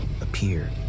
appeared